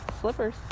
slippers